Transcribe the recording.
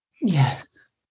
Yes